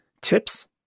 tips